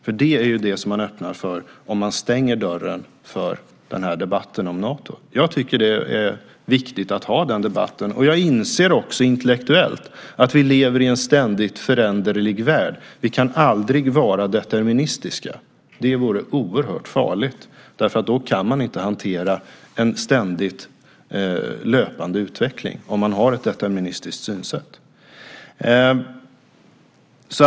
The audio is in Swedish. Det är nämligen det som man öppnar för om man stänger dörren för debatten om Nato. Jag tycker att det är viktigt att ha den debatten. Jag inser också intellektuellt att vi lever i en ständigt föränderlig värld. Vi kan aldrig vara deterministiska. Det vore oerhört farligt, därför att om man har ett deterministiskt synsätt kan man inte hantera en ständigt löpande utveckling.